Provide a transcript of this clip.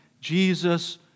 Jesus